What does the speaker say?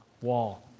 wall